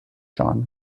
john